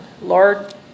Lord